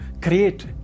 create